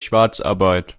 schwarzarbeit